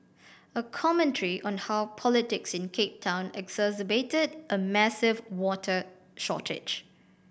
a commentary on how politics in Cape Town exacerbated a massive water shortage